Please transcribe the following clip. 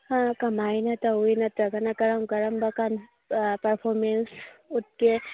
ꯀꯃꯥꯏꯅ ꯇꯧꯏ ꯅꯠꯇ꯭ꯔꯒꯅ ꯀꯔꯝ ꯀꯔꯝꯕ ꯀꯥꯟ ꯄꯥꯔꯐꯣꯃꯦꯟꯁ ꯎꯠꯀꯦ